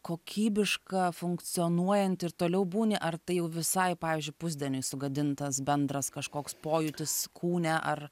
kokybiška funkcionuojanti ir toliau būni ar tai jau visai pavyzdžiui pusdieniui sugadintas bendras kažkoks pojūtis kūne ar